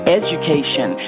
education